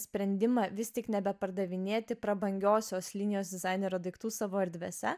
sprendimą vis tik nebepardavinėti prabangiosios linijos dizainerio daiktų savo erdvėse